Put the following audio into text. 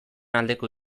aldeko